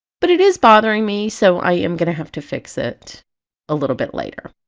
but it is bothering me so i am going to have to fix it a little bit later.